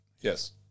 Yes